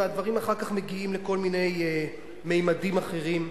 והדברים אחר כך מגיעים לכל מיני ממדים אחרים,